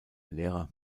lehrer